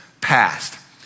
past